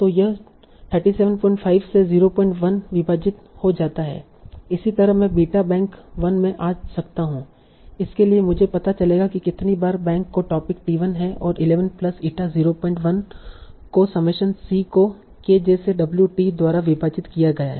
तो यह 375 से 01 विभाजित हो जाता है इसी तरह मैं बीटा बैंक 1 में आ सकता हूं इसके लिए मुझे पता चलेगा कि कितनी बार बैंक को टोपिक टी1 है और 11 प्लस ईटा 01 को समेशन C को kj से wT द्वारा विभाजित किया गया है